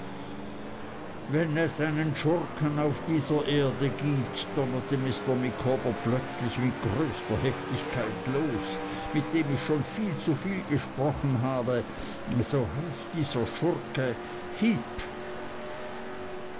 wenn es einen schurken auf dieser erde gibt donnerte mr micawber plötzlich mit größter heftigkeit los mit dem ich schon viel zu viel gesprochen habe so heißt dieser schurke heep